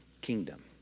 kingdom